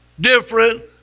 different